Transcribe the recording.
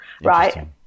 right